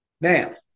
Now